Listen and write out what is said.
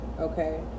okay